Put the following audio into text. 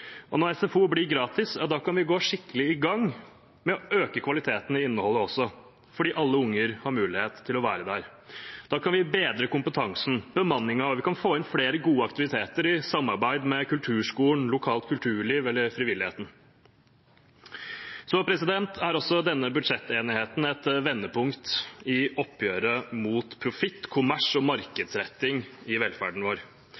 Når SFO blir gratis, kan vi gå skikkelig i gang med også å øke kvaliteten i innholdet fordi alle unger har mulighet til å være der. Da kan vi bedre kompetansen og bemanningen, og vi kan få inn flere gode aktiviteter i samarbeid med kulturskolen, lokalt kulturliv eller frivilligheten. Denne budsjettenigheten er også et vendepunkt i oppgjøret mot profitt, kommers og markedsretting i velferden vår.